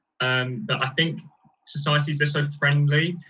and i think societies are so friendly.